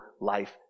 life